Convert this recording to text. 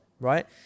right